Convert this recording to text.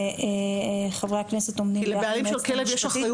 חברי הכנסת עומדים לצד היועצת המשפטית